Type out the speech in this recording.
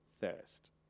thirst